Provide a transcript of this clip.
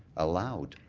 allowed.